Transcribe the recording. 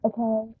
Okay